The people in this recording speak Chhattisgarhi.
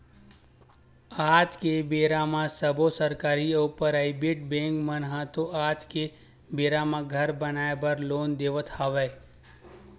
आज के बेरा म सब्बो सरकारी अउ पराइबेट बेंक मन ह तो आज के बेरा म घर बनाए बर लोन देवत हवय